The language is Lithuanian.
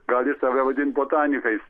gali save vadint botanikais